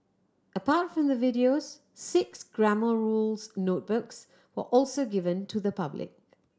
apart from the videos six Grammar Rules notebooks will also be given to the public